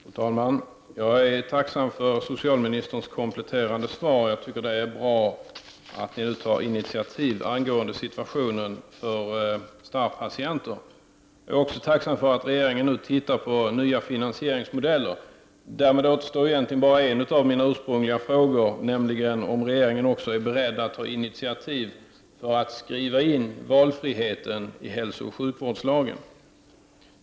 Fru talman! Jag är tacksam för socialministerns kompletterande svar. Jag tycker att det är bra att ni tar initiativ angående situationen för starrpatienter. Jag är också tacksam för att regeringen nu tittar på nya finansieringsmodeller. Därmed återstår egentligen bara en av mina ursprungliga frågor, nämligen frågan om huruvida regeringen också är beredd att ta initiativ när det gäller att skriva in valfriheten i hälsooch sjukvårdslagen.